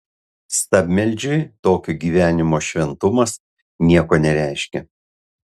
stabmeldžiui tokio gyvenimo šventumas nieko nereiškia